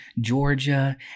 Georgia